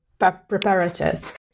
preparators